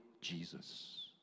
Jesus